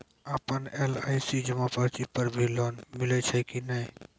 आपन एल.आई.सी जमा पर्ची पर भी लोन मिलै छै कि नै?